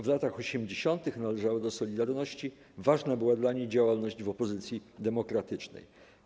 W latach osiemdziesiątych należała do 'Solidarności', ważna była dla niej działalność w opozycji demokratycznej.